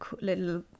little